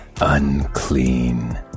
Unclean